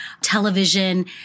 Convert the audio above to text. television